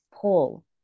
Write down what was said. pull